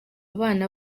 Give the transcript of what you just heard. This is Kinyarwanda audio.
bana